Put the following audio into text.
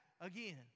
again